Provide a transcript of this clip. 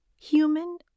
human